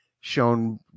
shown